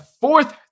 fourth